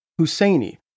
Husseini